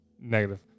Negative